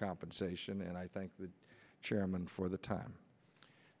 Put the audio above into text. compensation and i thank the chairman for the time